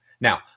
Now